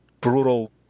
brutal